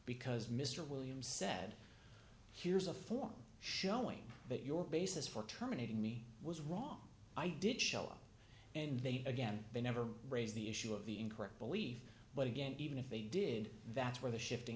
because mr williams said here's a form showing that your basis for terminating me was wrong i did show up and they again they never raise the issue of the incorrect belief but again even if they did that's where the shifting